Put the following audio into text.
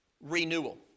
renewal